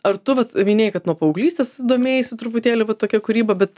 ar tu vat minėjai kad nuo paauglystės domėjaisi truputėlį va tokia kūryba bet